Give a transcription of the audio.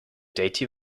deity